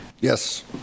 Yes